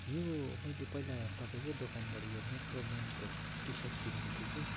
यो मैले पहिला तपाईँको दोकानबड यो मेक्रोमेनको टिसर्ट किनेको थिएँ कि